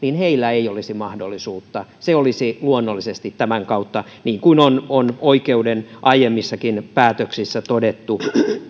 heillä ei olisi mahdollisuutta siihen se olisi luonnollisesti tämän kautta näin niin kuin on on oikeuden aiemmissakin päätöksissä todettu